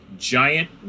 giant